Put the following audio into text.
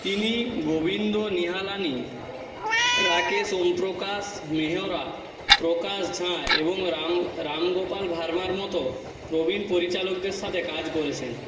তিনি গোবিন্দ নিহালানি রাকেশ ওমপ্রকাশ মেহরা প্রকাশ ঝা এবং রাম রাম গোপাল ভার্মার মতো প্রবীণ পরিচালকদের সাথে কাজ করেছেন